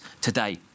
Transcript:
today